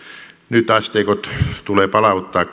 nyt asteikot tulee palauttaa